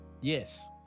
yes